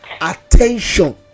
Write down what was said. attention